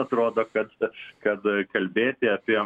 atrodo kad kad kalbėti apie